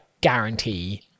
guarantee